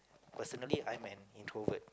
personally I'm an introvert